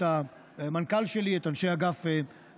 את המנכ"ל שלי, את אנשי אגף תקציבים,